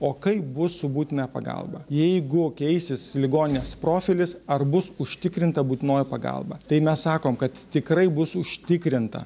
o kaip bus su būtinąja pagalba jeigu keisis ligoninės profilis ar bus užtikrinta būtinoji pagalba tai mes sakom kad tikrai bus užtikrinta